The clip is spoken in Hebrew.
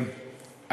גברתי השרה, אני